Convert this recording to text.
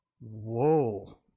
Whoa